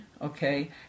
okay